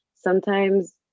sometimes-